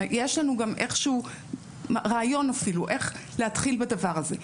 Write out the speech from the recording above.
ויש לנו איך שהוא רעיון אפילו איך להתחיל בדבר הזה.